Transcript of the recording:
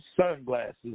sunglasses